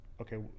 okay